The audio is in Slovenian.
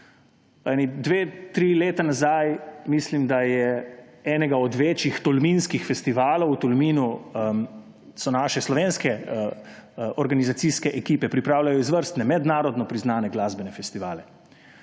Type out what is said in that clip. Dve, tri leta nazaj, mislim, da so enega od večjih tolminskih festivalov v Tolminov naše slovenske organizacijske ekipe pripravljale izvrstne, mednarodno priznane glasbene festivale.